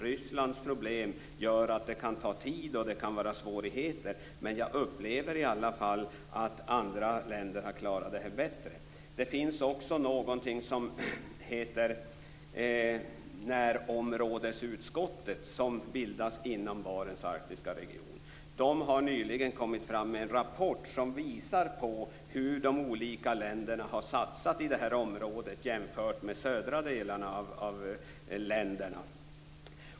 Rysslands problem gör att det kan ta tid och att det kan vara svårigheter, men jag upplever i alla fall att andra länder har klarat det här bättre. Det finns också någonting som heter närområdesutskottet, som bildats inom Barents arktiska region. De har nyligen kommit fram med en rapport som visar hur de olika länderna har satsat i det här området jämfört med de södra delarna av länderna.